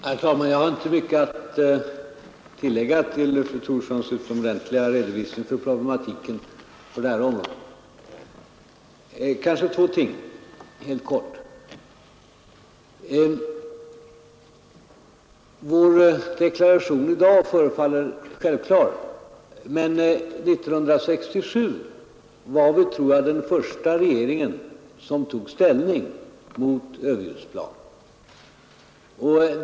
Herr talman! Jag har inte mycket att tillägga till fru Thorssons utomordentliga redovisning för problematiken på det här området, men jag kanske fär beröra två ting helt kort. Vär deklaration i dag förefaller självklar, men 1967 tror jag att vi var den första regering som tog ställning emot överljudsplan.